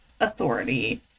authority